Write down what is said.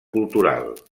cultural